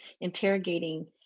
interrogating